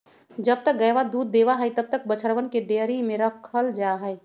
जब तक गयवा दूधवा देवा हई तब तक बछड़वन के डेयरी में रखल जाहई